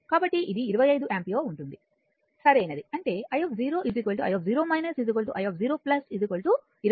కాబట్టి ఇది 25 యాంపియర్ ఉంటుంది సరైనదిఅంటేi i i0 25 యాంపియర్ సరైనది